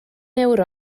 ewro